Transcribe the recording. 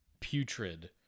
putrid